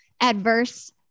adverse